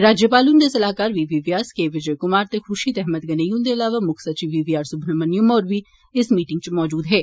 राज्यपाल हुंदे सलाहकार B B Vyas K Vijay Kumar ते खुर्शीद अहमद गनेई हंदे अलावा मुक्ख सचिव बी वी आर सुब्रहमण्यम होर बी इस मीटिंगै च मौजूद हे